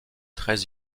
très